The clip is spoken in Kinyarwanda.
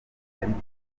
ariko